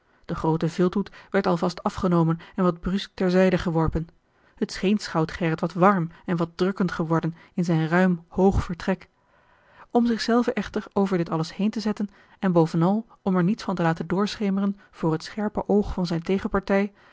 de groote vilthoed werd al vast afgenomen en wat brusk ter zijde geworpen het scheen schout gerrit wat warm en wat drukkend geworden in zijn ruim hoog vertrek om zich zelven echter over dit alles heen te zetten en bovenal om er niets van te laten doorschemeren voor het scherpe oog van zijne tegenpartij